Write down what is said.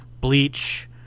Bleach